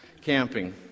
Camping